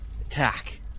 Attack